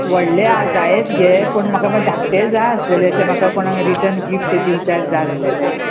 व्हडले आजायत गे पूण म्हाका धाकटे जाय आसलेले ते म्हाका कोणाक रिटन गिफ्ट दिवचें जाय आसलेलें